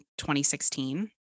2016